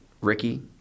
Ricky